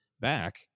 back